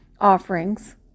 offerings